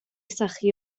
sychu